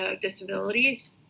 disabilities